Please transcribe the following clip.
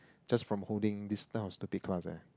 just from holding this type of stupid class eh